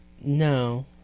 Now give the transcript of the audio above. No